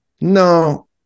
no